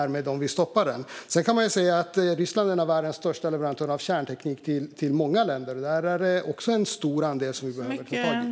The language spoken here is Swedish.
Ryssland är en av världens största leverantörer av kärnteknik till många länder. Detta är också en stor del som vi behöver ta tag i.